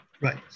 right